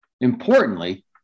Importantly